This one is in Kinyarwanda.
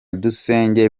dusenge